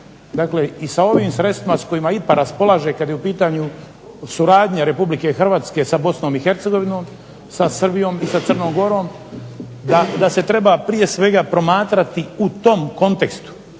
slučaju i sa ovim sredstvima s kojima IPA raspolaže kad je u pitanju suradnja Republike Hrvatske sa Bosnom i Hercegovinom, sa Srbijom i sa Crnom Gorom, da se treba prije svega promatrati u tom kontekstu.